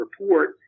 report